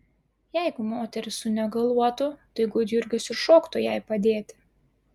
jeigu moteris sunegaluotų tai gudjurgis ir šoktų jai padėti